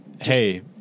hey –